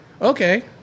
Okay